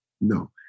No